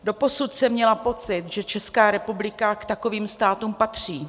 Doposud jsem měla pocit, že Česká republika k takovým státům patří.